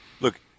look